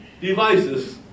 devices